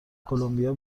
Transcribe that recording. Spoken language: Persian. کلمبیا